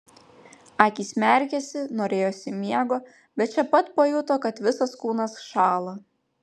akys merkėsi norėjosi miego bet čia pat pajuto kad visas kūnas šąla